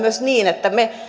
niin että me